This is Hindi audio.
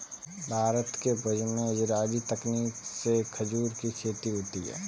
भारत के भुज में इजराइली तकनीक से खजूर की खेती होती है